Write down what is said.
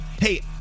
Hey